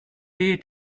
den